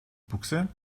buchse